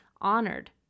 honored